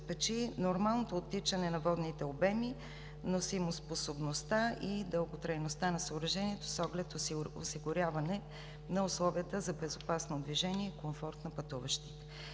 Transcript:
носимоспособността и дълготрайността на съоръжението с оглед осигуряване на условията за безопасно движение и комфорт на пътуващите.